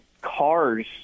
cars